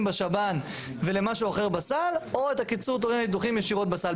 בשב"ן ולמשהו אחר בסל או את קיצור התורים לניתוחים ישירות בסל.